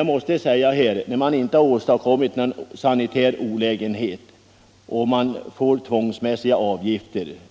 Jag måste säga att när man inte har orsakat någon sanitär olägenhet